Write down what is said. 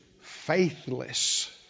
faithless